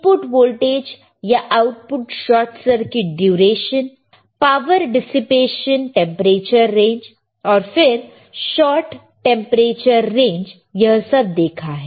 input voltage या output short circuit duration power dissipation temperature range और फिर short temperature range यह सब देखा है